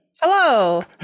hello